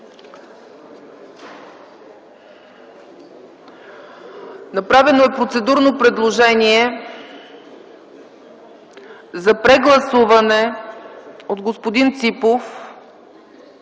Направено е процедурно предложение за прегласуване от господин